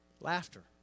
Laughter